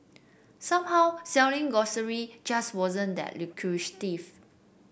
somehow selling grocery just wasn't that lucrative